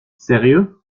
sérieux